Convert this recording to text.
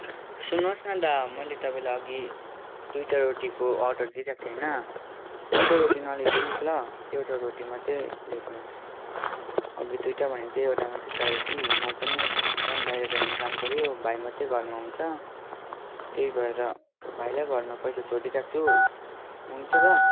सुन्नुहोस् न दा मैले तपाईँलाई अघि दुइटा रोटीको अर्डर दिइराखेको थिएँ होइन दुइटा रोटी नल्याइदिनुहोस् ल एउटा रोटी मात्रै ल्याइदिनुहोस् अघि दुइटा भनेको थिएँ एउटा मात्रै चाहियो कि म पनि कहीँ बाहिर जाने काम पऱ्यो भाइ मात्रै घरमा हुन्छ त्यही भएर भाइलाई घरमा पैसा छोडिदिइ राख्छु हुन्छ दा